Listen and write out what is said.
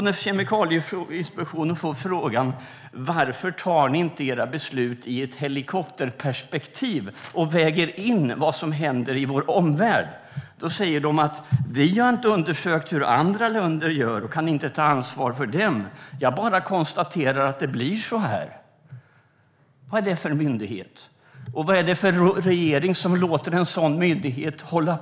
När Kemikalieinspektionen får frågan varför man inte fattar sina beslut utifrån ett helikopterperspektiv och varför man inte väger in det som händer i vår omvärld, svarar man att man inte har undersökt hur andra länder gör och kan inte ta ansvar för dem. Kemikalieinspektionen bara konstaterar att det blir så här. Vad är det för en myndighet? Vad är det för regering som låter en sådan myndighet agera?